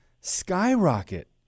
skyrocket